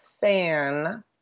fan